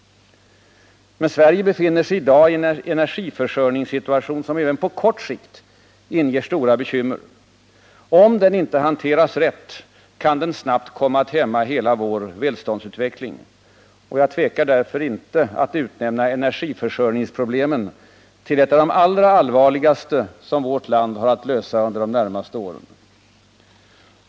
Men Sverige befinner sig i dag i en energiförsörjningssituation som även på kort sikt inger stora bekymmer. Om den inte hanteras rätt, kan den snabbt komma att hämma hela vår välståndsutveckling. Jag tvekar därför inte att utnämna energiförsörjningsproblemet till ett av de allra allvarligaste som vårt land har att lösa under de närmaste åren.